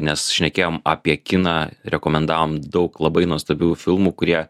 nes šnekėjom apie kiną rekomendavom daug labai nuostabių filmų kurie